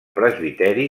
presbiteri